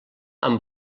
amb